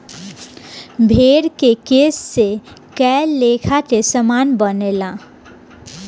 भेड़ के केश से कए लेखा के सामान बनेला